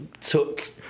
took